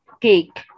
cake